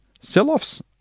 sell-offs